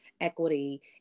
equity